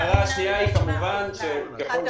ההערה השנייה היא כמובן שככל --- אתה